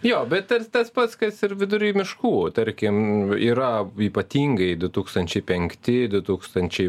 jo bet tas tas pats kas ir vidury miškų tarkim yra ypatingai du tūkstančiai penkti du tūkstančiai